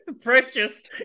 precious